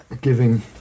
giving